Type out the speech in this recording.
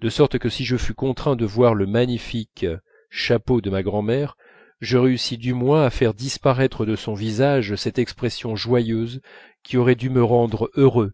de sorte que si je fus contraint de voir le magnifique chapeau de ma grand'mère je réussis du moins à faire disparaître de son visage cette expression joyeuse qui aurait dû me rendre heureux